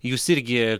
jūs irgi